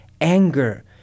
anger